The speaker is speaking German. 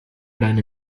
deine